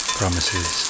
promises